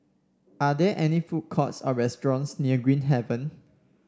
are there any food courts or restaurants near Green Haven